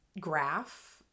graph